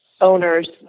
owners